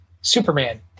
superman